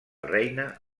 reina